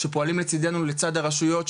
שפועלים לצידנו לצד הרשויות,